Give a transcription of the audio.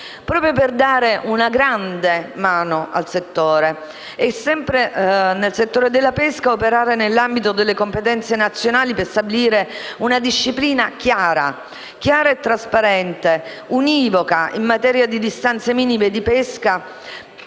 proprio per dare una grande mano al comparto. Sempre nel settore della pesca, sarebbe stato utile operare nell'ambito delle competenze nazionali, per stabilire una disciplina chiara, trasparente e univoca in materia di distanze minime di pesca,